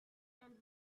and